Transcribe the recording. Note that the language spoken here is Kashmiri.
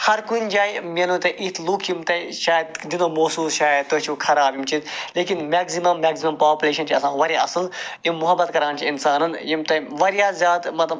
ہر کُنہِ جایہِ مِلنو تۄہہِ یِتھ لُکھ شاید دِنو محسوٗس شاید تُہۍ چھُو خراب یِم چیٖز لیکِن میٚگزِمَم میٚگزِمَم پاپُلیشَن چھِ آسان واریاہ اصٕل یم محبت کران چھِ اِنسانَن یِم تٔمۍ واریاہ زیادٕ مَطلَب